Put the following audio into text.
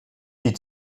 die